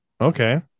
okay